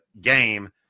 game